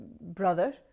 brother